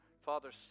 Father